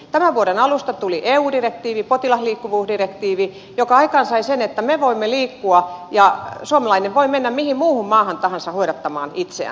tämän vuoden alusta tuli eu direktiivi potilasliikkuvuusdirektiivi joka aikaansai sen että me voimme liikkua ja suomalainen voi mennä mihin muuhun maahan tahansa hoidattamaan itseään